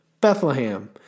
Bethlehem